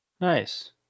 Nice